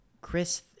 Chris